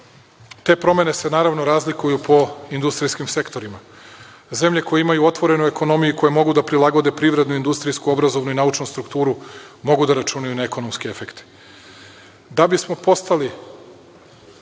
Te promene se, naravno, razlikuju po industrijskim sektorima. Zemlje koje imaju otvorenu ekonomiju i koje mogu da prilagode privrednu, industrijsku, obrazovnu i naučnu strukturu, mogu da računaju na ekonomske efekte. Da